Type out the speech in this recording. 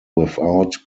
without